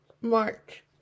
March